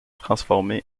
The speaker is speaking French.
transformé